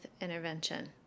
intervention